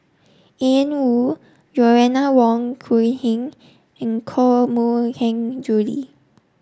Ian Woo Joanna Wong Quee Heng and Koh Mui Hiang Julie